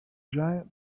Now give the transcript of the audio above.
giant